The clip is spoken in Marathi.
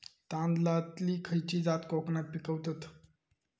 तांदलतली खयची जात कोकणात पिकवतत?